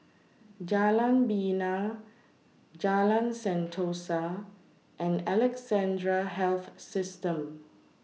Jalan Bena Jalan Sentosa and Alexandra Health System